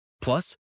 Plus